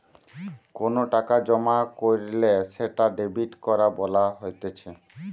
কোনো টাকা জমা কইরলে সেটা ডেবিট করা বলা হতিছে